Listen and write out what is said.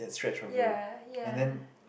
ya ya